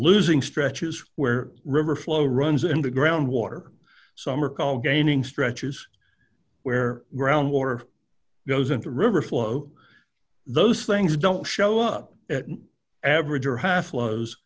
losing stretches where river flow runs in the groundwater some are called gaining stretches where groundwater goes into river flow those things don't show up at an average or half low